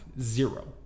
zero